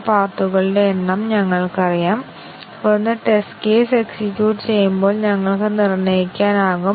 ഉദാഹരണത്തിന് 1 ഉം 5 ഉം ആദ്യത്തെ ബേസിക് അവസ്ഥയുടെ സ്വതന്ത്ര വിലയിരുത്തൽ നേടുന്നു